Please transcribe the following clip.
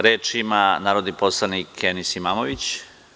Reč ima narodni poslanik Enis Imamović.